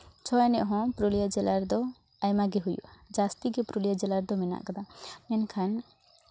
ᱪᱷᱳ ᱮᱱᱮᱡ ᱦᱚᱸ ᱯᱩᱨᱩᱞᱤᱭᱟ ᱡᱮᱞᱟ ᱨᱮᱫᱚ ᱟᱭᱢᱟᱜᱮ ᱦᱩᱭᱩᱜᱼᱟ ᱡᱟᱹᱥᱛᱤ ᱜᱮ ᱯᱩᱨᱩᱞᱤᱭᱟᱹ ᱡᱮᱞᱟ ᱡᱮᱞᱟ ᱨᱮᱫᱚ ᱢᱮᱱᱟᱜ ᱠᱟᱫᱟ ᱢᱮᱱᱠᱷᱟᱱ